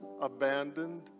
abandoned